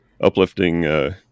uplifting